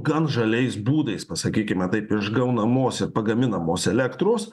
gan žaliais būdais pasakykime taip išgaunamos ir pagaminamos elektros